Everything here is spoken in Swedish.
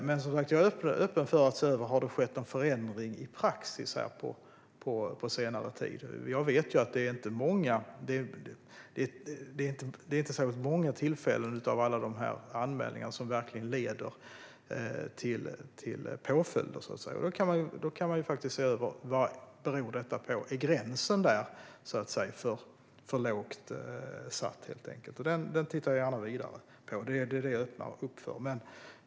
Som sagt är jag öppen för att se över om det har skett någon förändring i praxis på senare tid. Jag vet att det inte är särskilt många av alla de här anmälningarna som verkligen leder till påföljder. Då kan man faktiskt se över vad detta beror på. Är gränsen helt enkelt för lågt satt? Detta tittar jag gärna vidare på. Jag öppnar för det.